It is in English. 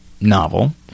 novel